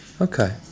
Okay